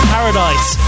Paradise